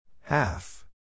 Half